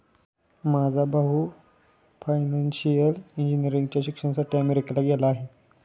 माझा भाऊ फायनान्शियल इंजिनिअरिंगच्या शिक्षणासाठी अमेरिकेला गेला आहे